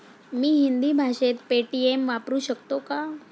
मी हिंदी भाषेत पेटीएम वापरू शकतो का?